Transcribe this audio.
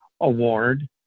Award